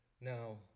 now